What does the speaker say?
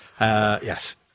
yes